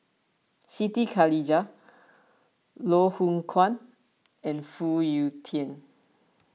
Siti Khalijah Loh Hoong Kwan and Phoon Yew Tien